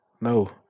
No